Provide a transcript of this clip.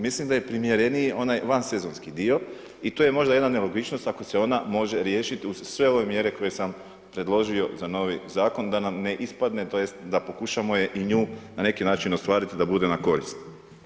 Mislim da je primjereniji onaj vansezonski dio i to je možda jedna nelogičnost ako se ona može riješiti uz sve ove mjere koje sam predložio za novi zakon da nam ne ispadne tj. da pokušamo i nju na neki način ostvariti da bude na korist.